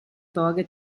torre